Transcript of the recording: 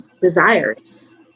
desires